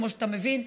כמו שאתה מבין.